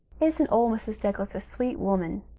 isn't old mrs. douglas a sweet woman?